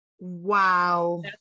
Wow